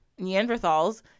Neanderthals